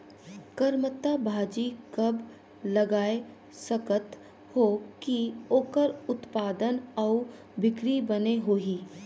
करमत्ता भाजी कब लगाय सकत हो कि ओकर उत्पादन अउ बिक्री बने होही?